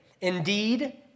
Indeed